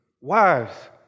wives